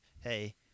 hey